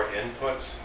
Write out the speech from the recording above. inputs